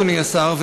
אדוני השר,